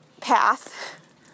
Path